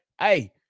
hey